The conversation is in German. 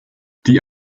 die